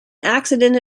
accident